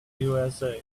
usa